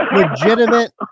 legitimate